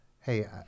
Hey